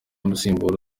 umusimbura